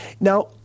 Now